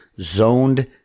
zoned